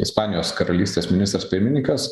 ispanijos karalystės ministras pirmininkas